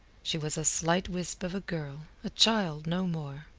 she was a slight wisp of a girl, a child, no more.